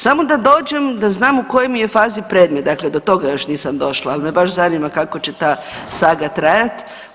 Samo da dođem da znam u kojoj mi je fazi predmet, dakle do toga još nisam došla ali me baš zanima kako će ta saga trajati.